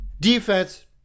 defense